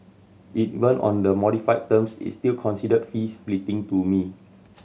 even on the modified terms it's still considered fee splitting to me